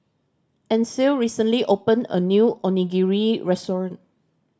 Ancil recently opened a new Onigiri Restaurant